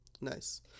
Nice